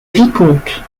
vicomte